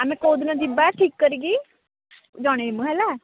ଆମେ କେଉଁଦିନ ଯିବା ଠିକ କରିକି ଜଣାଇବୁ ହେଲା